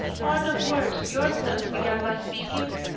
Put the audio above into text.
part of words yourself began by speaking?